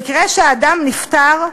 במקרה שאדם נפטר,